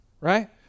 right